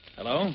Hello